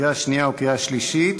לקריאה שנייה ולקריאה שלישית,